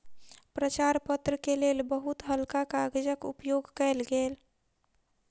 प्रचार पत्र के लेल बहुत हल्का कागजक उपयोग कयल गेल